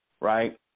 right